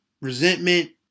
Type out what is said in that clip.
resentment